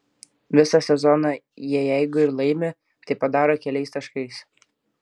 visą sezoną jie jeigu ir laimi tai padaro keliais taškais